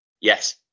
yes